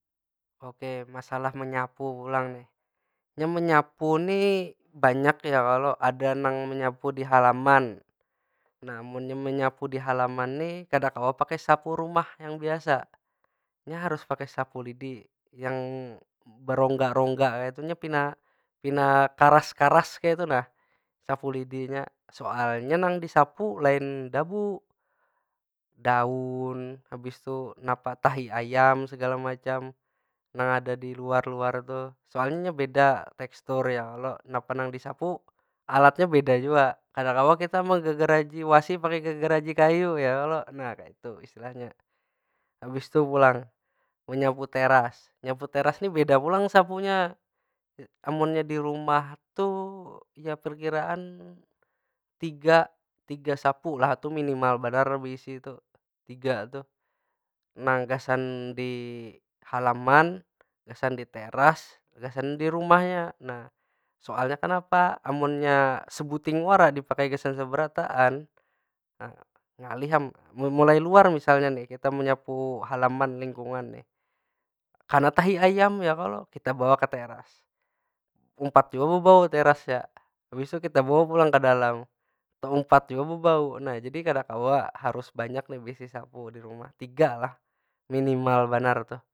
Oke masalah menyapu pulang nih. Nya menyapu nih, banyak ya kalo. Ada nang menyapu di halaman. Nah munnya menyapu di halaman ni kada kawa pakai sapu rumah yang biasa. Nya harus pakai sapu lidi yang berongga- rongga kaytu. Nya pina- pina karas- karas kaytu nah sapu lidinya. Soalnya nang disapu lain dabu. Daun, habis tu napak tahi ayam segala macam, nang ada di luar- luar tuh. Soalnya nya beda tekstur ya kalo, napa nang disapu, alatnya beda jua. Kada kawa kita menggegeraji wasi pakai gegeraji kayu, ya kalo. Nah kaytu istilahnya. Habis tu pulang, menyapu teras. Menyapu teras ni beda pulang sapunya. Amunnya di rumah tu, ya perkiraan tiga- tiga sapu lah.tu minimal banar beisi tu. Tiga tuh. Nang gasan di halaman, gasan di teras, gasan di rumahnya. Soalnya kenapa, amunnya sebuting wara dipakai gasan seberataan ngalih am. Mu- mulai luar misalnya ni kita menyapu halaman, lingkungan nih. kana tahi ayam, ya kalo? Kita bawa ke teras, umpat jua bebau terasnya. Habis tu kita bawa pulang ka dalam, baumpat jua bebau. Nah jadi kada kawa, harus banyak nih beisi sapu di rumah. Tiga lah minimal banar tuh.